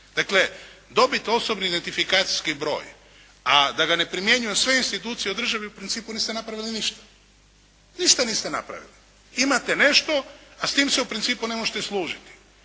Dakle dobiti osobni identifikacijski broj, a da ga ne primjenjuju sve institucije u državi u principu niste napravili ništa. Ništa niste napravili. Imate nešto, a s tim se u principu ne možete služiti.